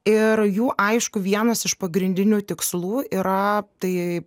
ir jų aišku vienas iš pagrindinių tikslų yra tai